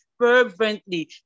fervently